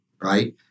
right